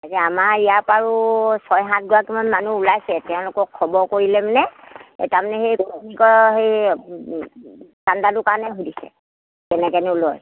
তাকে আমাৰ ইয়াৰ পৰাও ছয় সাতগৰাকীমান মানুহ ওলাইছে তেওঁলোকক খবৰ কৰিলে মানে এই তাৰমানে সেইবিলাকৰ সেই চান্দাটো কাৰণে সুধিছে কেনেকৈনে লয়